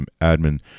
admin